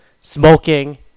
smoking